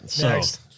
Next